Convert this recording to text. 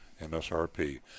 MSRP